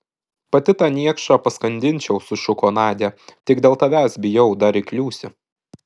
pati tą niekšą paskandinčiau sušuko nadia tik dėl tavęs bijau dar įkliūsi